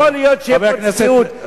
לא יכול להיות שתהיה פה צביעות,